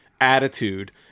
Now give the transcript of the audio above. attitude